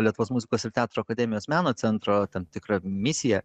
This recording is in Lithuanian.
lietuvos muzikos ir teatro akademijos meno centro tam tikra misija